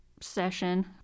session